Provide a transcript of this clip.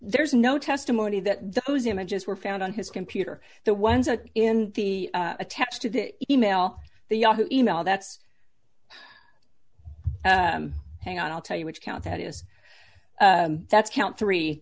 there's no testimony that those images were found on his computer the ones are in the attached to the email the yahoo email that's hang on i'll tell you which count that is that's count three